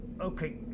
Okay